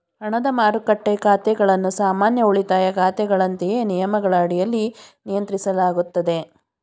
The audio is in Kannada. ಹಣದ ಮಾರುಕಟ್ಟೆ ಖಾತೆಗಳನ್ನು ಸಾಮಾನ್ಯ ಉಳಿತಾಯ ಖಾತೆಗಳಂತೆಯೇ ನಿಯಮಗಳ ಅಡಿಯಲ್ಲಿ ನಿಯಂತ್ರಿಸಲಾಗುತ್ತದೆ